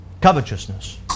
Covetousness